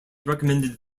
recommended